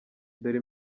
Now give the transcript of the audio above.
dore